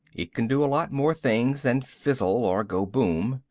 it can do a lot more things than fizzle or go boom.